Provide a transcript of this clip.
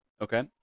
Okay